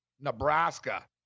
Nebraska